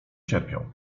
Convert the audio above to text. cierpią